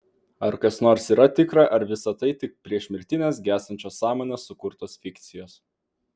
ar kas nors yra tikra ar visa tai yra tik priešmirtinės gęstančios sąmonės sukurtos fikcijos